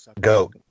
Go